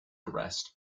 arrest